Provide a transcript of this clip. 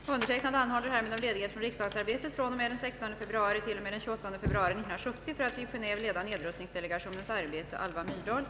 Den 17 till den 25 februari skall jag deltaga i nedrustningsdelegationens arbete i Genéve, varför jag anhåller om ledighet från riksdagsarbetet under motsvarande tid.